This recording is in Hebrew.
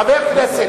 חבר הכנסת,